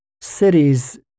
cities